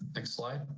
next slide.